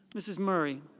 misses murray.